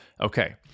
Okay